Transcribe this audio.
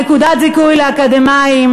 גילה, נקודת זיכוי לאקדמאים,